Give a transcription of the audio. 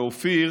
ואופיר